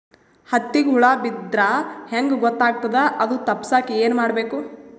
ಹತ್ತಿಗ ಹುಳ ಬಿದ್ದ್ರಾ ಹೆಂಗ್ ಗೊತ್ತಾಗ್ತದ ಅದು ತಪ್ಪಸಕ್ಕ್ ಏನ್ ಮಾಡಬೇಕು?